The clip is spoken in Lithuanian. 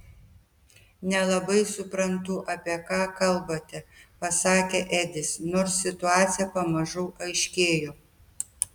nelabai suprantu apie ką kalbate pasakė edis nors situacija pamažu aiškėjo